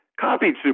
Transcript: copied